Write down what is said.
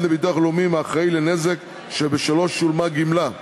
לביטוח לאומי מהאחראי לנזק שבשלו שולמה גמלה);